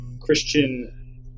Christian